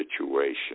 situation